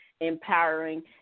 empowering